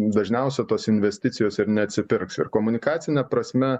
dažniausia tos investicijos ir neatsipirks ir komunikacine prasme